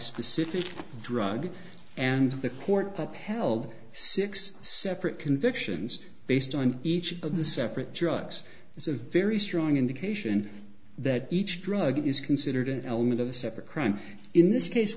specific drug and the court upheld six separate convictions based on each of the separate drugs is a very strong indication that each drug is considered an element of a separate crime in this case